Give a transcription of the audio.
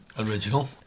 original